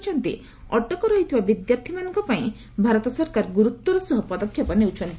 କହିଛନ୍ତି ଅଟକ ରହିଥିବା ବିଦ୍ୟାର୍ଥୀମାନଙ୍କ ପାଇଁ ଭାରତ ସରକାର ଗୁରୁତର ସହ ପଦକ୍ଷେପ ନେଉଛନ୍ତି